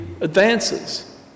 advances